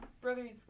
brother's